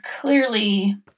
clearly